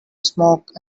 smoke